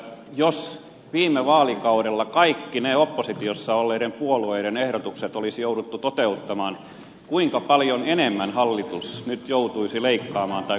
jos viime vaalikaudella kaikki oppositiossa olleiden puolueiden ehdotukset olisi jouduttu toteuttamaan kuinka paljon enemmän hallitus nyt joutuisi leikkaamaan tai korottamaan veroja